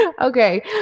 okay